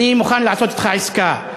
אז אני מוכן לעשות אתך עסקה.